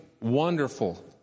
Wonderful